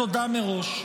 בתודה מראש.